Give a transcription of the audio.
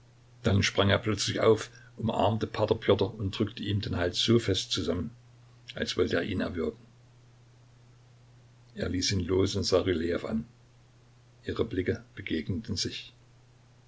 dann sprang er plötzlich auf umarmte p pjotr und drückte ihm den hals so fest zusammen als wollte er ihn erwürgen er ließ ihn los und sah rylejew an ihre blicke begegneten sich